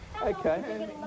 Okay